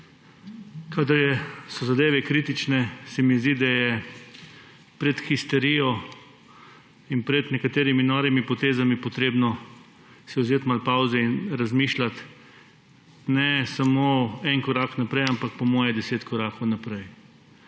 kadar so zadeve kritične, se mi zdi, da si je pred histerijo in pred nekaterimi norimi potezami potrebno vzeti malo pavze in razmišljati ne samo en korak naprej, ampak po mojem 10 korakov naprej.